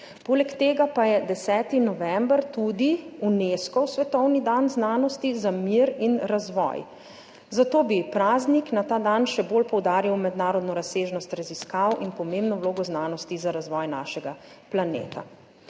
Poleg tega pa je 10. november tudi Unescov svetovni dan znanosti za mir in razvoj, zato bi praznik na ta dan še bolj poudaril mednarodno razsežnost raziskav in pomembno vlogo znanosti za razvoj našega planeta.